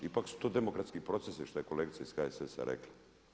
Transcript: Ipak su to demokratski procesi što je kolegica ih HSS-a rekla.